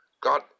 God